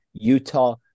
Utah